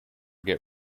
get